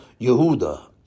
Yehuda